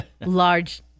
large